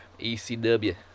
ECW